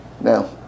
Now